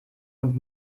und